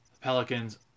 Pelicans